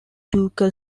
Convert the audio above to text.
ducal